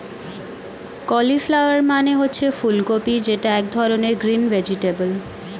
cauliflower মানে হচ্ছে ফুলকপি যেটা এক ধরনের গ্রিন ভেজিটেবল